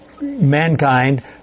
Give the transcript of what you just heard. mankind